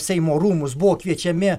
seimo rūmus buvo kviečiami